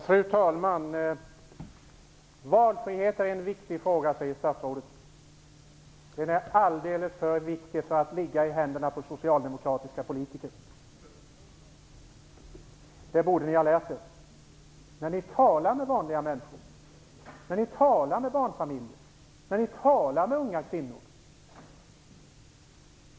Fru talman! Valfrihet är en viktig fråga säger statsrådet. Den är alldeles för viktig för att ligga i händerna på socialdemokratiska politiker. Det borde ni ha lärt er när ni talat med vanliga människor, barnfamiljer och unga kvinnor.